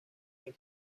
این